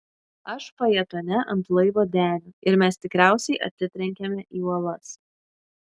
aš fajetone ant laivo denio ir mes tikriausiai atsitrenkėme į uolas